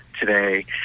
today